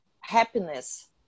happiness